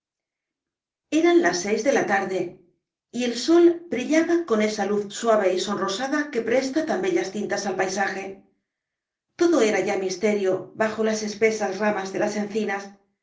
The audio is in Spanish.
eran las seis de la tarde y el sol brillaba con esa luz suave y sonrosada que presta tan bellas tintas al paisaje todo era ya misterio bajo las espesas ramas de las encinas